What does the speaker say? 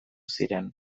ziren